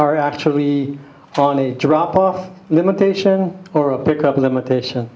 are actually on a drop off limitation or a pickup limitation